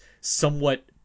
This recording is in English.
somewhat